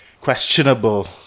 questionable